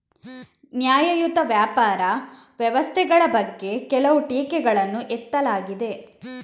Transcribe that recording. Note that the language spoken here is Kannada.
ನ್ಯಾಯಯುತ ವ್ಯಾಪಾರ ವ್ಯವಸ್ಥೆಗಳ ಬಗ್ಗೆ ಕೆಲವು ಟೀಕೆಗಳನ್ನು ಎತ್ತಲಾಗಿದೆ